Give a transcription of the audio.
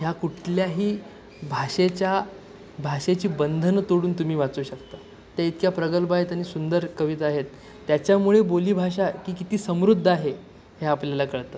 ह्या कुठल्याही भाषेच्या भाषेची बंधनं तोडून तुम्ही वाचू शकता त्या इतक्या प्रगल्भ आहेत आणि सुंदर कविता आहेत त्याच्यामुळे बोलीभाषा की किती समृद्ध आहे हे आपल्याला कळतं